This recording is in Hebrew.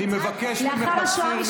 אני מבקש ממך,